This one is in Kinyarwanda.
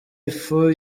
ifu